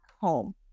home